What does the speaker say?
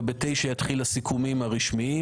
וב-9:00 יתחילו הסיכומים הרשמיים.